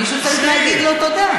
מישהו צריך להגיד לו תודה.